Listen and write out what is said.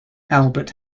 albert